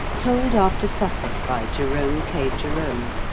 told after supper, by jerome k. jerome